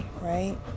right